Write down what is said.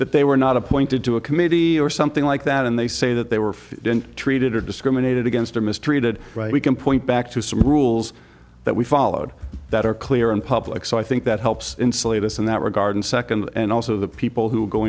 that they were not appointed to a committee or something like that and they say that they were didn't treated or discriminated against or mistreated right we can point back to some rules that we followed that are clear in public so i think that helps insulate us in that regard and second and also the people who